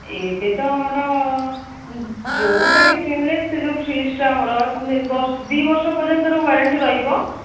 ଏବେ ତ ଆମର ଯେଉଁଟା ବି କିଣିଲେ ସେ ଯେଉଁ ଫ୍ରିଜ୍ଟା ଆମର ଦୁଇ ବର୍ଷ ପର୍ଯ୍ୟନ୍ତ ତା'ର ୱାରେଣ୍ଟି ରହିବ